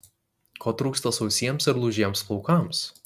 ko trūksta sausiems ir lūžiems plaukams